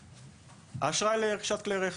האשראי לרכישת כלי רכב.